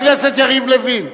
חבר הכנסת יריב לוין.